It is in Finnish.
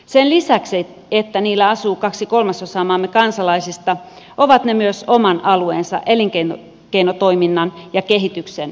sen lisäksi että niillä asuu kaksi kolmasosaa maamme kansalaisista ovat ne myös oman alueensa elinkeinotoiminnan ja kehityksen vetureita